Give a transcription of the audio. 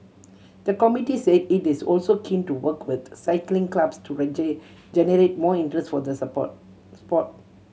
the committee said it is also keen to work with cycling clubs to generate more interest for the sport sport